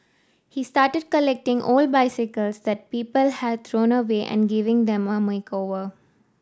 he started collecting old bicycles that people had thrown away and giving them a makeover